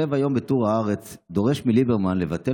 כותב היום בטור בהארץ ודורש מליברמן לבטל